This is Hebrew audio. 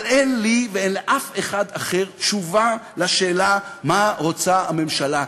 אבל אין לי ואין לאף אחד אחר תשובה על השאלה מה רוצה הממשלה.